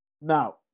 Now